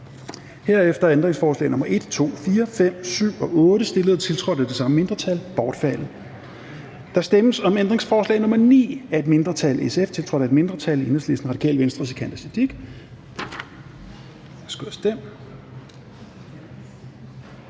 Herefter er ændringsforslag nr. 1, 2, 4, 5, 7 og 8, stillet og tiltrådt af de samme mindretal, bortfaldet. Der stemmes om ændringsforslag nr. 9 af et mindretal (SF), tiltrådt af et mindretal (EL, RV og Sikandar Siddique